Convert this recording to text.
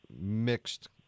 mixed